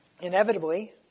Inevitably